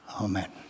Amen